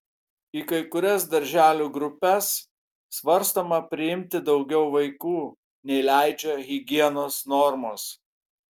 į kai kurias darželių grupes svarstoma priimti daugiau vaikų nei leidžia higienos normos